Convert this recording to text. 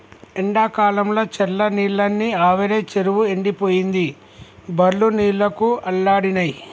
ఎండాకాలంల చెర్ల నీళ్లన్నీ ఆవిరై చెరువు ఎండిపోయింది బర్లు నీళ్లకు అల్లాడినై